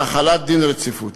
להחלת דין רציפות.